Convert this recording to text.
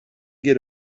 get